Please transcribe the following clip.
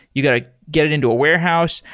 you got to get it into a warehouse.